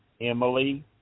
Emily